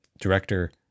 director